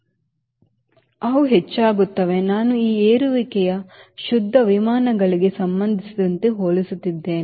ಅವು ಹೆಚ್ಚಾಗುತ್ತವೆ ನಾನು ಈ ಏರಿಕೆಯನ್ನು ಶುದ್ಧ ವಿಮಾನಗಳಿಗೆ ಸಂಬಂಧಿಸಿದಂತೆ ಹೋಲಿಸುತ್ತಿದ್ದೇನೆ